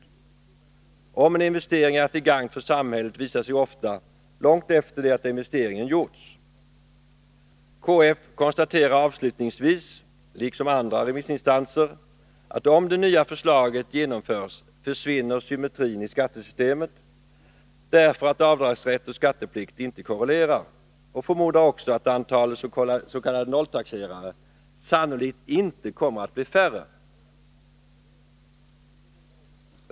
Om en investering är till gagn för samhället visar sig ofta långt efter det att investeringen gjorts. KF konstaterar avslutningsvis, liksom andra remissinstanser, att om det nya förslaget genomförs försvinner symmetrin i skattesystemet därför att avdragsrätt och skatteplikt inte korrelerar, och förmodar också att antalet s.k. nolltaxerare sannolikt inte kommer att bli mindre.